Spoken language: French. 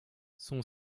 son